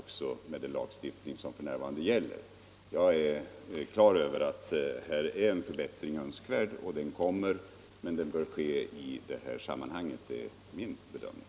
Jag är som sagt på det klara med att en förbättring är önskvärd, men den bör ske i samband med övriga ändringar. som kommer att göras.